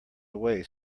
away